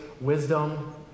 wisdom